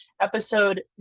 episode